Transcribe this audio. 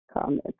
comment